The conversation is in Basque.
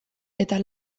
eta